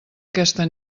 aquesta